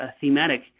thematic